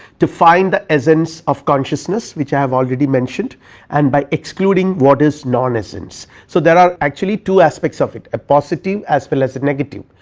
to find the essence of consciousness which i have already mentioned and by excluding what is non essence. so, there are actually two aspects of it a positive, as well as a negative.